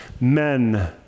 men